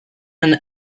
and